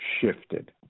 shifted